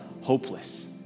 hopeless